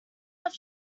have